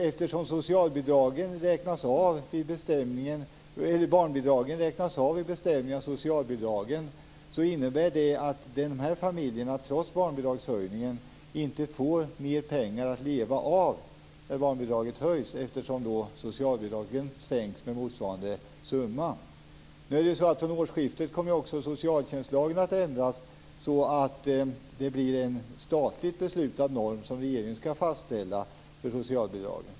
Eftersom barnbidragen räknas av vid bestämning av socialbidragen, kommer sådana familjer trots barnbidragshöjningen inte att få mer pengar att leva av när barnbidraget höjs, eftersom socialbidragen sänks med motsvarande summa. Från årsskiftet kommer också socialtjänstlagen att ändras så att det blir en statlig norm för socialbidragen, som skall fastställas av regeringen.